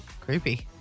Creepy